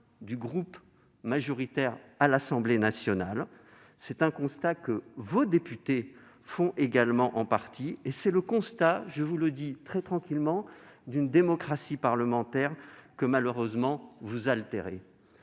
du groupe majoritaire à l'Assemblée nationale. C'est un constat que vos députés font également en partie ; c'est le constat, je vous le dis très tranquillement, d'une démocratie parlementaire que, malheureusement, vous altérez.